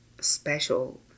special